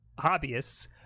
hobbyists